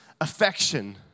affection